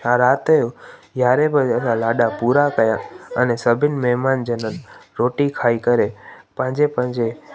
राति जो यारहें बजे असां लाॾा पूरा कया अने सभिनि महिमान जिननि रोटी खाई करे पंहिंजे पंहिंजे